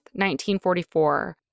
1944